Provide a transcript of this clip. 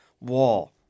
wall